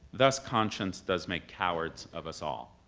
thus conscience does make cowards of us all.